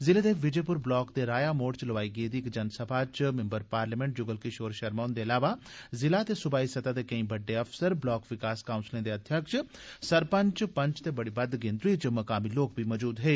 ज़िले दे विजयप्र ब्लाक दे राया मोड़ च लोआई गेदी इक जनसभा च मिम्बर पार्लियामेंट जुगल किशोर शर्मा हन्दे इलावा ज़िला ते सुबाई सतह दे केई बड़डे अफसर ब्लाक विकास काउंसलें दे अध्यक्ष सरपंच पंच ते बड़ी बद्द गिनत्री च मकामी लोक बी मजूद हे